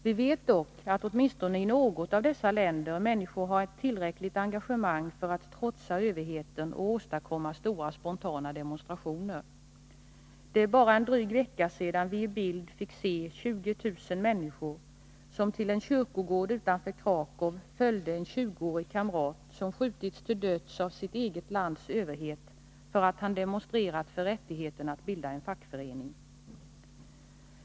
Vi vet dock att i åtminstone något av dessa länder människor har ett tillräckligt engagemang för att trotsa överheten och åstadkomma stora spontana demonstrationer. Det är bara en vecka sedan vi i bild fick se 20 000 människor som till en kyrkogård utanför Krakow följde en 20-årig kamrat som skjutits till döds av sitt eget lands överhet för att han demonstrerat för rättigheten att bilda en fackförening.